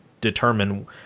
determine